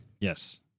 Yes